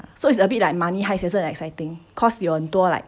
so it's a bit like money heist 也是很 exciting cause 有很多 like